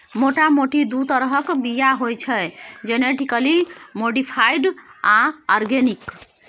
मोटा मोटी दु तरहक बीया होइ छै जेनेटिकली मोडीफाइड आ आर्गेनिक